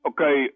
Okay